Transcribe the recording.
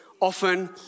often